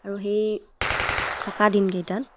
আৰু সেই থকা দিনকেইটাত